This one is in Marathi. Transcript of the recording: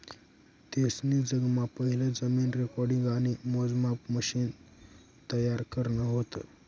तेसनी जगमा पहिलं जमीन रेकॉर्डिंग आणि मोजमापन मशिन तयार करं व्हतं